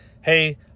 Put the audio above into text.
hey